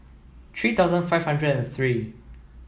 three thousand five hundred and three